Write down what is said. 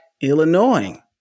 Illinois